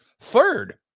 Third